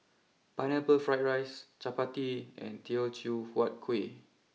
Pineapple Fried Rice Chappati and Teochew Huat Kueh